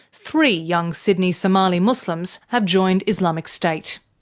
three young sydney somali muslims have joined islamic state.